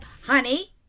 Honey